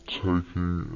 taking